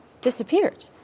disappeared